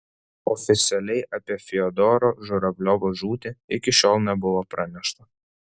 oficialiai apie fiodoro žuravliovo žūtį iki šiol nebuvo pranešta